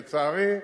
לצערי,